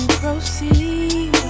proceed